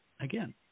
Again